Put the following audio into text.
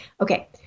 Okay